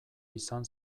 izan